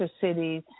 cities